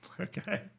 Okay